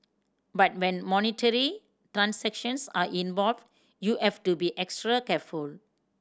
but when monetary transactions are involved you have to be extra careful